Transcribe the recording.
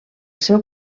seu